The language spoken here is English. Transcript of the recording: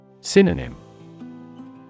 Synonym